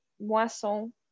Moisson